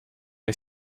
est